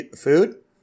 food